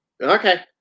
Okay